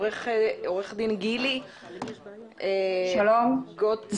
עורכת דין גילי גוטוירט.